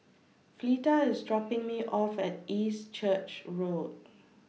Fleeta IS dropping Me off At East Church Road